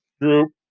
group